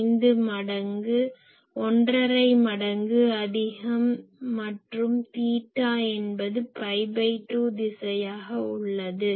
5 மடங்கு அதிகம் மற்றும் தீட்டா என்பது பை2 திசையாக உள்ளது